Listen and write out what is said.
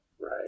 Right